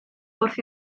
wrth